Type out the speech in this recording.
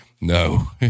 No